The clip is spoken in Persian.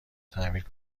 تعمیر